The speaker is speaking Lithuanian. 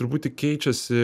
turbūt tik keičiasi